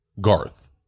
garth